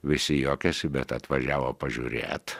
visi juokėsi bet atvažiavo pažiūrėt